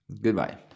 Goodbye